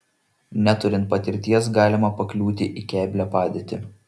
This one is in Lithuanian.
neturint patirties galima pakliūti į keblią padėtį